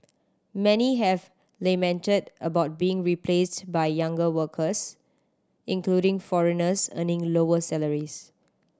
many have lamented about being replaced by younger workers including foreigners earning lower salaries